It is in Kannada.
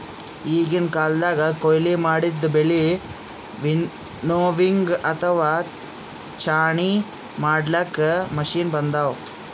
ಈಗಿನ್ ಕಾಲ್ದಗ್ ಕೊಯ್ಲಿ ಮಾಡಿದ್ದ್ ಬೆಳಿ ವಿನ್ನೋವಿಂಗ್ ಅಥವಾ ಛಾಣಿ ಮಾಡ್ಲಾಕ್ಕ್ ಮಷಿನ್ ಬಂದವ್